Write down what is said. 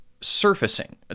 surfacing